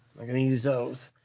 not gonna use those.